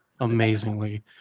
amazingly